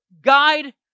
guide